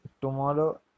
tomorrow